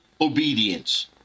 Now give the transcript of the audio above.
obedience